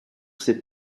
ses